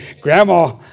grandma